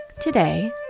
Today